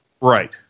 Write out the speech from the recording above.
Right